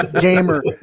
Gamer